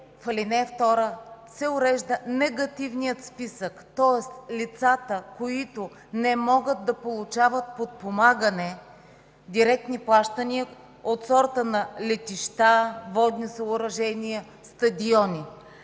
на чл. 38б се урежда Негативният списък. Тоест лицата, които не могат да получават подпомагане – директни плащания, от сорта на летища, водни съоръжения, стадиони.